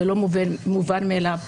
זה לא מובן מאליו,